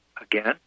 again